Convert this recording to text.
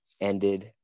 ended